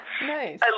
Nice